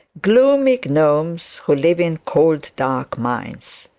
gloomy gnomes who live in cold dark mines